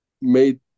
made